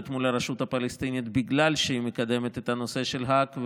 מול הרשות הפלסטינית בגלל שהיא מקדמת את הנושא של האג,